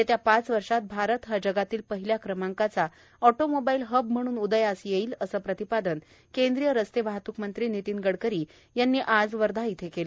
येत्या पाच वर्षात भारत हा जगातील पहिल्या क्रमांकाचा ऑटोमोबाईल हब म्हणून उदयास येईल असे प्रतिपादन केंद्रीय रस्ते वाहतूक मंत्री नितिन गडकरी यांनी आज वर्धा येथे केल